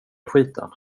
skiten